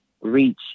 reach